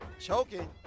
choking